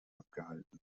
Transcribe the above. abgehalten